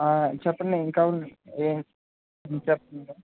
చెప్పండి ఏం కావాలండి ఏం చెప్పండి